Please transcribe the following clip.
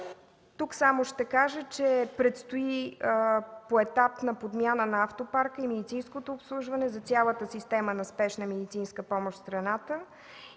Тук само ще кажа, че предстои поетапна подмяна на автопарка и медицинско обслужване за цялата система на спешната медицинска помощ в страната.